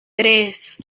tres